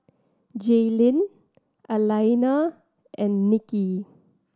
Jalyn Alaina and Nicki